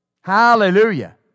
Hallelujah